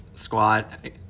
squad